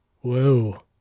whoa